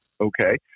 okay